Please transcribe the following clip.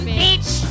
bitch